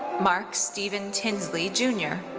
mark steven tinsley jr.